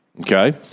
Okay